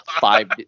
five